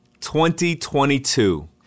2022